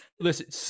listen